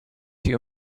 you